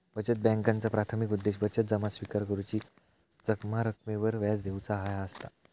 बचत बॅन्कांचा प्राथमिक उद्देश बचत जमा स्विकार करुची, जमा रकमेवर व्याज देऊचा ह्या असता